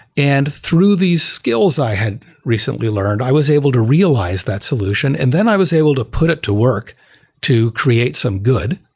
and through these skills i had recently learned, i was able to realize that solution and then i was able to put it to work to create some good.